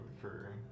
for-